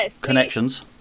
connections